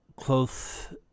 close